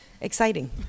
exciting